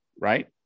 Right